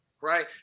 Right